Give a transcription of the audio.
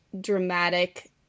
dramatic